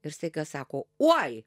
ir staiga sako oi